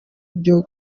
vya